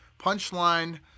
Punchline